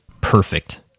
perfect